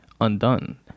undone